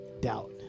doubt